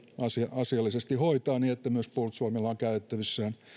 asiallisesti hoitaa niin että myös puolustusvoimilla on käytettävissään